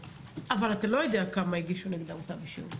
אבל אתה לא יודע נגד כמה הגישו כתב אישום?